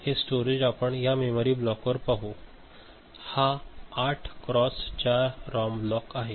हे स्टोरेज आपण या मेमरी ब्लॉकमध्ये पाहू हा 8 क्रॉस 4 रॉम ब्लॉक आहे